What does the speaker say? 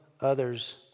others